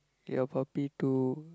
your puppy to